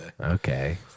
Okay